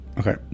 okay